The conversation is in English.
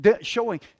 showing